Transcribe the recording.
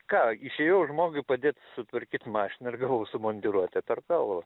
ką išėjau žmogui padėt sutvarkyt mašiną ir gavau su mondiruote per galvą